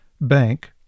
bank